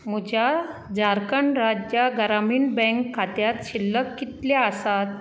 म्हज्या झारखंड राज्य ग्रामीण बँक खात्यांत शिल्लक कितली आसा